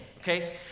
okay